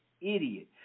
idiot